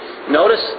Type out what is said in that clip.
Notice